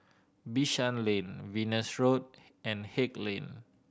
Bishan Lane Venus Road and Haig Lane